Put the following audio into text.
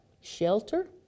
shelter